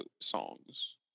songs